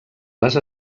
les